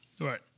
Right